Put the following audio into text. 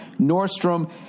nordstrom